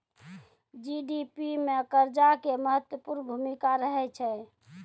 GDP मे कर्जा के महत्वपूर्ण भूमिका रहै छै